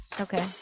okay